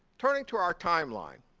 according to our time line,